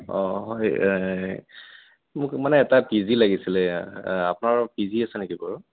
অঁ হয় মোক মানে এটা পি জি লাগিছিলে আপোনাৰ পি জি আছিল নেকি বাৰু